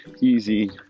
easy